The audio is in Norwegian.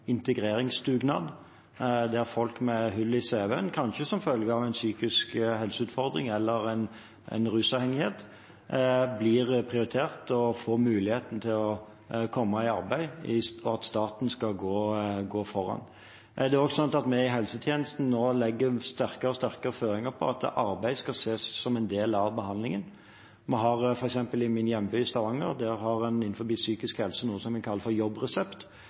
integreringsdugnad, der folk med hull i CV-en, kanskje som følge av en psykisk helseutfordring eller rusavhengighet, blir prioritert og får mulighet til å komme i arbeid. Staten skal gå foran. Det er også sånn at vi i helsetjenesten nå legger sterkere og sterkere føringer på at arbeid skal ses som en del av behandlingen. Vi har f.eks. i min hjemby, Stavanger, innenfor psykisk helse noe som en kaller JobbResept, som gjør at en allerede når en er under behandling for